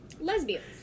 Lesbians